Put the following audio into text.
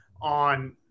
on